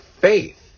faith